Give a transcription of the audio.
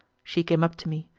she came up to me,